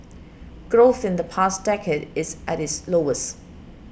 growth in the past decade is at its lowest